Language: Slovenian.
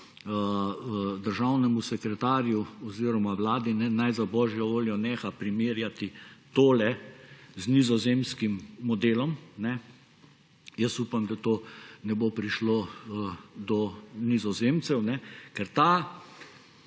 državnemu sekretarju oziroma vladi, naj za božjo voljo neha primerjati to z nizozemskim modelom. Jaz upam, da to ne bo prišlo do Nizozemcev, ker ta